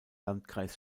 landkreis